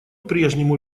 прежнему